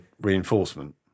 reinforcement